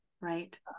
right